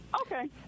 Okay